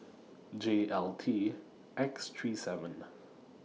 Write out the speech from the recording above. J L T X three seven